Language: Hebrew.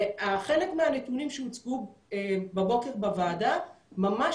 חלק מהנתונים שהוצגו בבוקר בוועדה ממש,